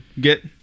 Get